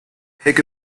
pig